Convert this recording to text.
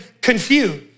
confused